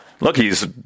look—he's